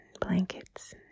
blankets